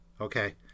Okay